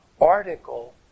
Article